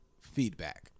feedback